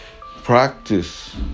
practice